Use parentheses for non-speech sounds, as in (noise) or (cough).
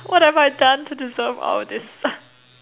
what have I done to deserve all this (laughs)